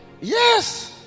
Yes